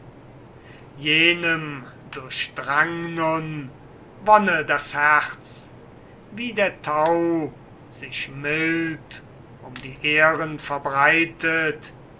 jenem durchdrang nun wonne das herz wie der tau sich mild um die ähren verbreitet